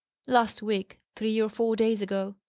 last week. three or four days ago.